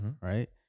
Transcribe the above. right